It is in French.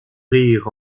rire